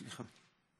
סליחה,